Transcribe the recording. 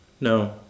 No